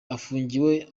afungiwe